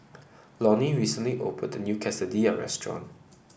Lonie recently opened a new Quesadilla Restaurant